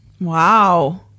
Wow